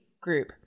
group